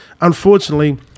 unfortunately